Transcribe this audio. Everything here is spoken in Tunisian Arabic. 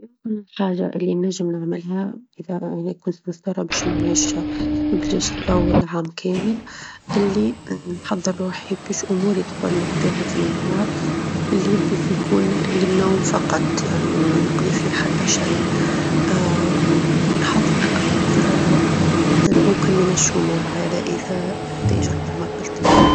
يمكن الحاجة اللي ننجم نعملها إذا يعني كنت مظطرة باش نعيش بلاش ظوء لعام كامل، اللي نحظر روحي باش أموري الكل نقظيها في النهار، وفي الليل باش يكون للنوم فقط، يعني ما نقظى فيه حتى شيء، ونحظر أكثر عدد ممكن من الشموع هذا إذا إحتاج الأمر بالطبيعة.